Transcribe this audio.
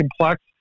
complex